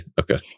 Okay